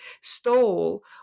stole